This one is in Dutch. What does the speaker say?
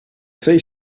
twee